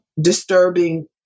disturbing